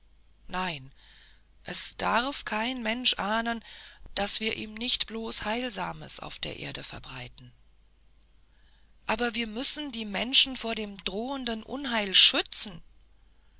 nein es darf kein mensch ahnen daß wir ihm nicht bloß heilsames auf der erde verbreiten aber wir müssen die menschen vor dem drohenden unheil schützen